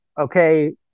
okay